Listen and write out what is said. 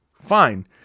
fine